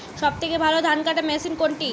সবথেকে ভালো ধানকাটা মেশিন কোনটি?